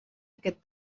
aquest